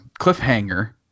Cliffhanger